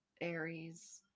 Aries